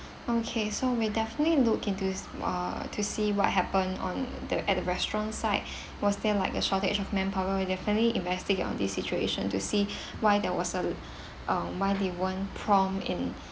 okay so we'll definitely look into s~ uh to see what happened on the at the restaurant side was there like a shortage of manpower we'll definitely investigate on this situation to see why there was a uh why they won't prompt in